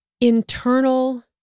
internal